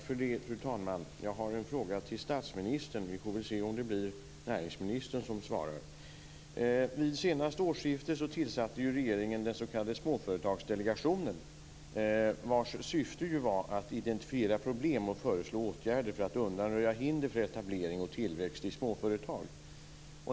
Fru talman! Jag har en fråga till statsministern. Vi får väl se om det blir näringsministern som svarar. Vid det senaste årsskiftet tillsatte regeringen den s.k. Småföretagsdelegationen, vars syfte ju var att identifiera problem och föreslå åtgärder för att undanröja hinder för etablering av och tillväxt i småföretag.